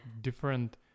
different